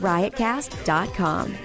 Riotcast.com